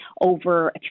over